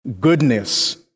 Goodness